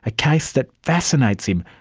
ah case that fascinates him,